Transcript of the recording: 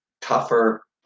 tougher